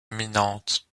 imminente